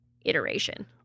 iteration